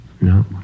No